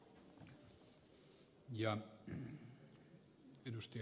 herra puhemies